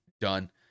done